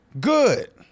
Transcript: good